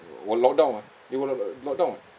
while lockdown ah they were not lockdown [what]